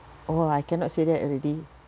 oh I cannot say that already